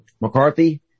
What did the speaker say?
McCarthy